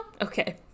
Okay